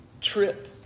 trip